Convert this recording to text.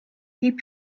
keep